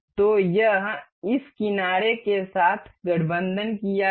तो यह इस किनारे के साथ गठबंधन किया गया है